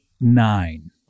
nine